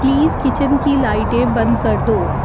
please kitchen کی لائٹیں بند کر دو